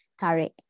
tarik